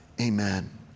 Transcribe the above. amen